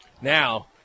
Now